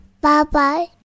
Bye-bye